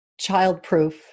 childproof